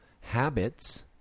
habits